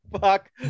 Fuck